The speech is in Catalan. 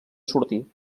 sortir